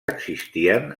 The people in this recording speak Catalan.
existien